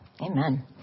Amen